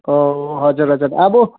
हजुर हजुर अब